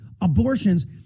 abortions